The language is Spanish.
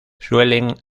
suelen